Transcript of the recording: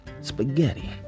Spaghetti